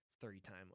three-time